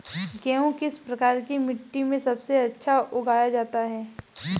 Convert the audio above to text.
गेहूँ किस प्रकार की मिट्टी में सबसे अच्छा उगाया जाता है?